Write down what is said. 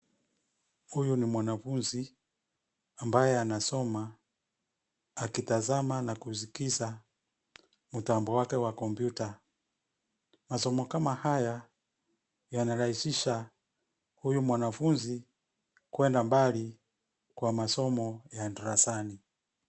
Huyu ni mwanafunzi ambaye anasoma akitazama na kuskiza mtamo wake wa kompyuta. Masomo kama haya yanarahisisha huyu mwanafunzi kuenda mbali kwa masomo ya darasani.